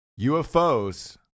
UFOs